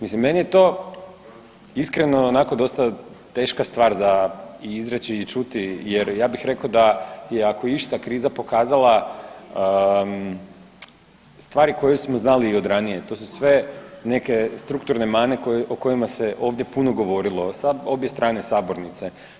Mislim meni je to iskreno onako dosta teška stvar za i izreći i čuti, jer ja bih rekao da je ako je išta kriza pokazala stvari koje smo znali i od ranije, to su sve neke strukturne mane o kojima se ovdje puno govorilo, s obje strane sabornice.